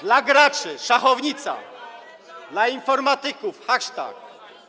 dla graczy - szachownica, dla informatyków - hasztag.